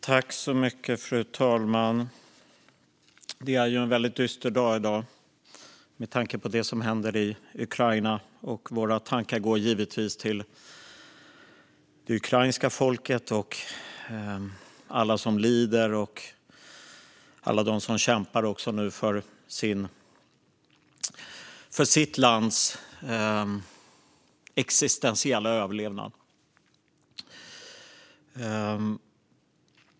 Fru talman! Det är en väldigt dyster dag i dag med tanke på det som händer i Ukraina. Våra tankar går givetvis till det ukrainska folket, alla som lider och alla som kämpar för sitt lands existentiella överlevnad.